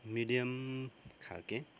medium खाल्के